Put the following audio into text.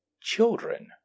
children